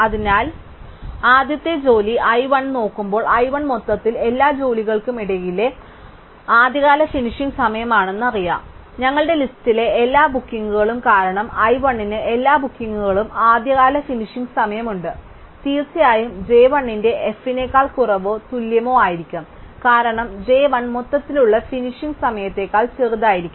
അതിനാൽ ആദ്യത്തെ ജോലി i 1 നോക്കുമ്പോൾ i 1 മൊത്തത്തിൽ എല്ലാ ജോലികൾക്കുമിടയിലെ ആദ്യകാല ഫിനിഷിംഗ് സമയമാണെന്ന് ഞങ്ങൾക്കറിയാം ഞങ്ങളുടെ ലിസ്റ്റിലെ എല്ലാ ബുക്കിംഗുകളും കാരണം i 1 ന് എല്ലാ ബുക്കിംഗുകളിലും ആദ്യകാല ഫിനിഷിംഗ് സമയം ഉണ്ട് തീർച്ചയായും j 1 ന്റെ f നേക്കാൾ കുറവോ തുല്യമോ ആയിരിക്കും കാരണം j 1 മൊത്തത്തിലുള്ള ഫിനിഷ് സമയത്തേക്കാൾ ചെറുതായിരിക്കില്ല